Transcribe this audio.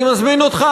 אני מזמין אותך,